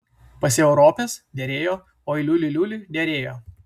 pasėjau ropes derėjo oi liuli liuli derėjo